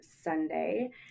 Sunday